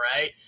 right